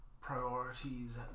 priorities